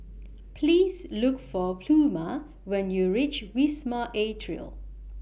Please Look For Pluma when YOU REACH Wisma Atria